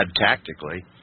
tactically